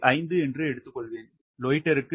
5 எடுத்துக்கொள்வேன் லோயிட்டர் க்கு 0